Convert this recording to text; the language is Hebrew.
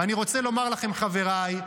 ואני רוצה לומר לכם, חבריי,